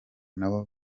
nabo